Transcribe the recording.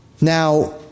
Now